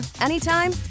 anytime